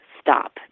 stop